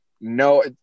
No